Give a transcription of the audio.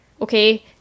Okay